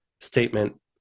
statement